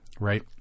right